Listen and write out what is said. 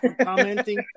commenting